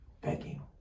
begging